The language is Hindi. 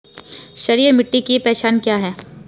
क्षारीय मिट्टी की पहचान क्या है?